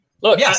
Look